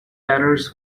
adders